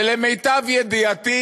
ולמיטב ידיעתי